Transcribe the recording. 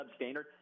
substandard